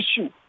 issue